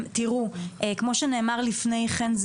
כמו שנאמר לפני כן,